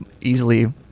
easily